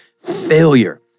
failure